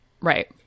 Right